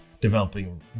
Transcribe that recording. developing